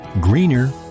greener